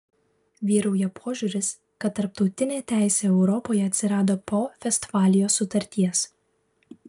vyrauja požiūris kad tarptautinė teisė europoje atsirado po vestfalijos sutarties